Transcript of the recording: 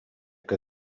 que